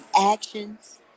actions